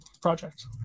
Project